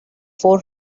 four